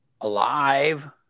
alive